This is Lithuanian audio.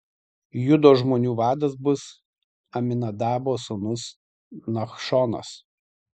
judo žmonių vadas bus aminadabo sūnus nachšonas